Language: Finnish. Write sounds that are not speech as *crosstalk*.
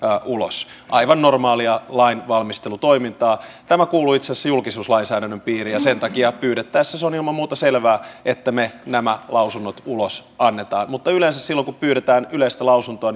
ulos aivan normaalia lainvalmistelutoimintaa tämä kuuluu itse asiassa julkisuuslainsäädännön piiriin ja sen takia pyydettäessä se on ilman muuta selvää että me nämä lausunnot ulos annamme mutta yleensä silloin kun pyydetään yleistä lausuntoa *unintelligible*